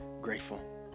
grateful